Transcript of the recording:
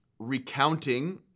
recounting